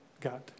God